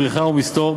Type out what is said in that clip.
בריחה ומסתור,